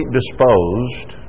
disposed